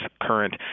current